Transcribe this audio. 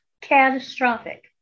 catastrophic